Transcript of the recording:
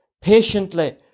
patiently